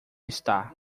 está